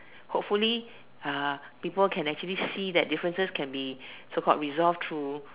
hopefully uh people can actually see that differences can be so called resolved through